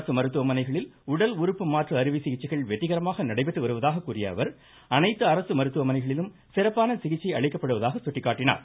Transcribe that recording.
அரசு மருத்துவமனைகளில் உடல் உறுப்பு மாற்று அறுவை சிகிச்சைகள் வெற்றிகரமாக நடைபெற்று வருவதாக கூறிய அவர் அனைத்து அரசு மருத்துவமனைகளிலும் சிறப்பான சிகிச்சை அளிக்கப்படுவதாக சுட்டிக்காட்டினார்